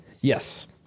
yes